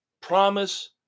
Promise